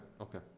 okay